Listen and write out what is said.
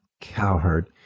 cowherd